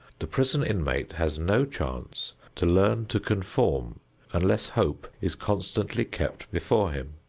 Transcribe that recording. the prison inmate has no chance to learn to conform unless hope is constantly kept before him.